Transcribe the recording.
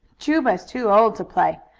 juba is too old to play.